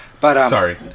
Sorry